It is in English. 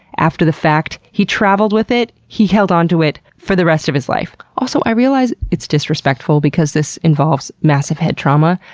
after the fact, he traveled with it. he held on to it for the rest of his life. also, i realize it's disrespectful because this involves massive head trauma,